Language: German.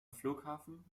flughafen